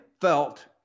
felt